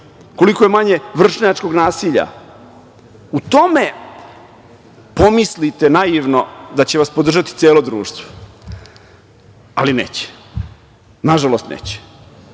koliko je manje vršnjačkog nasilja. U tome pomislite naivno da će vas podržati celo društvo, ali neće. Nažalost, neće.